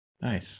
Nice